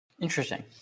Interesting